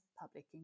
public